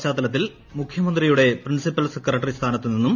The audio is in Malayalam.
പശ്ചാത്തലത്തിൽ മുഖ്യമത്ത്രിയുടെ പ്രിൻസിപ്പൽ സെക്രട്ടറി സ്ഥാനത്തു നിന്ന് എം